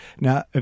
Now